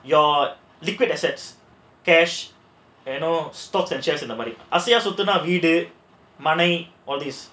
your liquid assets cash and all அந்த மாதிரி:andha maadhiri money அசையா சொத்துனா வீடு மனை:asaiyaa sothunaa veedu manai all this